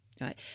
right